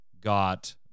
got